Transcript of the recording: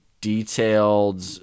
detailed